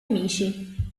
amici